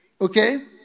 Okay